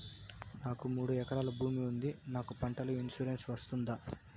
నాకు మూడు ఎకరాలు భూమి ఉంది నాకు పంటల ఇన్సూరెన్సు వస్తుందా?